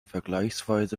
vergleichsweise